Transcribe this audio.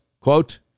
Quote